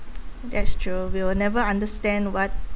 that's true we'll never understand what the